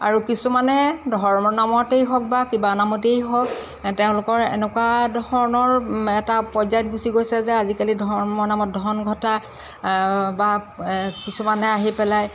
আৰু কিছুমানে ধৰ্মৰ নামতেই হওক বা কিবা নামতেই হওক তেওঁলোকৰ এনেকুৱা ধৰণৰ এটা পৰ্য্য়ায়ত গুচি গৈছে যে আজিকালি ধৰ্মৰ নামত ধন ঘটা বা কিছুমানে আহি পেলাই